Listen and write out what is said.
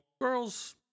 girl's